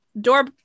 door